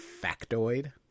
factoid